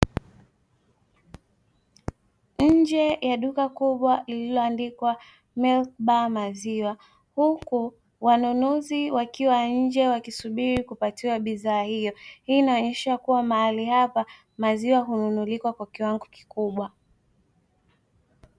Nje ya duka kubwa lililoandikwa miliki baa maziwa, huku wanunuzi wakiwa nje wakisubiri kupatiwa bidhaa hiyo, hii inaonyesha mahali hapa maziwa hununuliwa kwa Kiwango kikubwa.